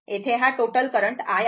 येथे हा total current i आहे